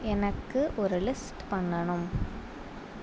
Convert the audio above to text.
எனக்கு ஒரு லிஸ்ட் பண்ணனும்